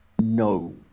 no